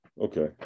Okay